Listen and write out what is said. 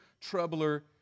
troubler